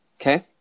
Okay